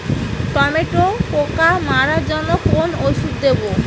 টমেটোর পোকা মারার জন্য কোন ওষুধ দেব?